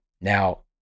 Now